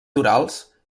torals